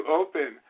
open